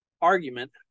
argument